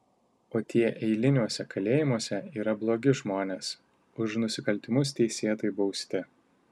o tie eiliniuose kalėjimuose yra blogi žmonės už nusikaltimus teisėtai bausti